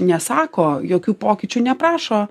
nesako jokių pokyčių neprašo